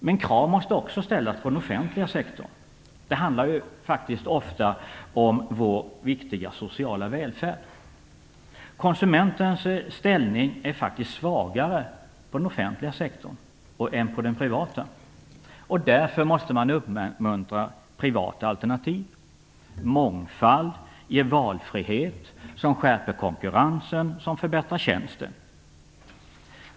Men krav måste också ställas på den offentliga sektorn. Det handlar ju faktiskt ofta om vår viktiga sociala välfärd. Konsumentens ställning är faktiskt svagare i den offentliga sektorn än i den privata. Därför måste man uppmuntra privata alternativ. Mångfald ger valfrihet, vilket skärper konkurrensen och förbättrar tjänsten.